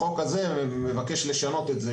החוק הזה מבקש לשנות את זה,